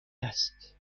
است